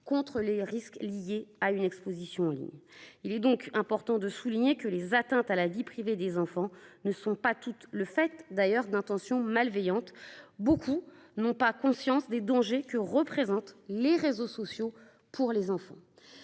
contre les risques liés à une exposition en ligne. Il est important de souligner que les atteintes à la vie privée des enfants ne sont pas toutes le fait d'intentions malveillantes. Beaucoup n'ont pas conscience des dangers que représentent les réseaux sociaux pour les plus